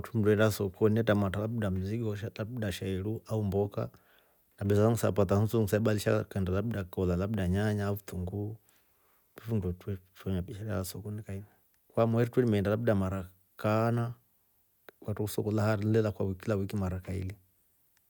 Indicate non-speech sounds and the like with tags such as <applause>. Mndu eenda sokoni ne tramatra labda msigo labda sha iru au mboka akameuusa apata ho nso nsa <hesitation> badilisha akande labda. koola labda nyanyaa. fitunguu. nifyo twe fanya biashara ya sokoni. kwamweeri tume ilima enda labda mara kaana, kwakutro soko la hatri leela kila wiki mara kaili.